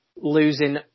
losing